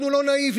אנחנו לא נאיביים,